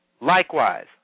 likewise